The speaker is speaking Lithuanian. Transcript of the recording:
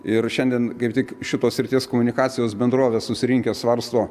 ir šiandien kaip tik šitos srities komunikacijos bendrovės susirinkę svarsto